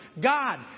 God